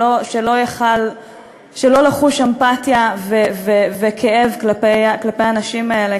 שלא יכול שלא לחוש אמפתיה וכאב כלפי האנשים האלה,